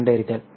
கண்டறிதல்